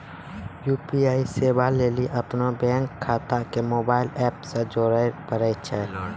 UPI सेबा लेली अपनो बैंक खाता के मोबाइल एप से जोड़े परै छै